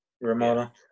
ramona